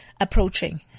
approaching